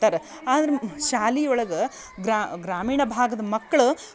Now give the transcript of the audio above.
ಆದ್ರೆ ಶಾಲೆ ಒಳಗೆ ಗ್ರಾಮೀಣ ಭಾಗದ ಮಕ್ಳು